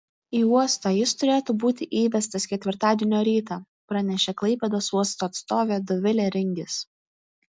į uostą jis turėtų būti įvestas ketvirtadienio rytą pranešė klaipėdos uosto atstovė dovilė ringis